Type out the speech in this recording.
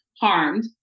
harmed